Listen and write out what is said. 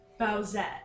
Bowsette